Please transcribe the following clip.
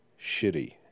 shitty